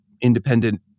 independent